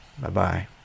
Bye-bye